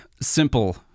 simple